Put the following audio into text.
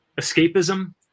escapism